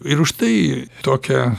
ir užtai tokią